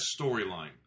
storyline